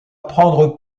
prendre